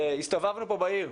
הסתובבנו פה בעיר,